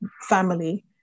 family